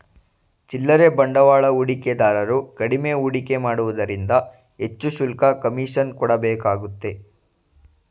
ಚಿಲ್ಲರೆ ಬಂಡವಾಳ ಹೂಡಿಕೆದಾರರು ಕಡಿಮೆ ಹೂಡಿಕೆ ಮಾಡುವುದರಿಂದ ಹೆಚ್ಚು ಶುಲ್ಕ, ಕಮಿಷನ್ ಕೊಡಬೇಕಾಗುತ್ತೆ